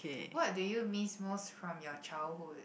what do you miss most from your childhood